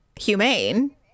humane